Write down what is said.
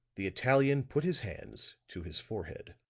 the italian put his hands to his forehead.